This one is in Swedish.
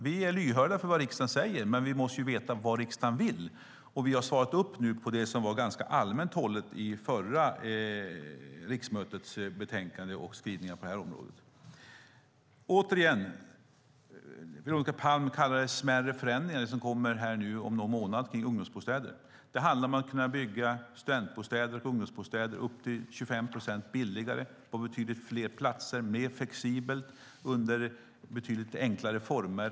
Vi är lyhörda för vad riksdagen säger, men vi måste ju veta vad riksdagen vill. Vi har nu svarat på det som var ganska allmänt hållet i förra riksmötets betänkande och skrivningar på det här området. Återigen: Veronica Palm kallar det smärre förändringar, det som kommer om någon månad kring ungdomsbostäder. Det handlar om att kunna bygga studentbostäder och ungdomsbostäder upp till 25 procent billigare, på betydligt fler platser, mer flexibelt och under betydligt enklare former.